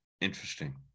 Interesting